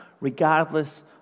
regardless